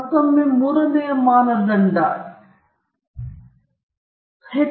ಮತ್ತೊಮ್ಮೆ ಮೂರನೆಯ ಮಾನದಂಡವೂ ಬಹಳಷ್ಟು ಅರ್ಥವನ್ನು ನೀಡುತ್ತದೆ